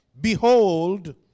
Behold